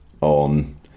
on